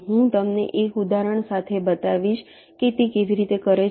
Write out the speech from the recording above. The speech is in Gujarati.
હું તમને એક ઉદાહરણ સાથે બતાવીશ કે તે કેવી રીતે કરે છે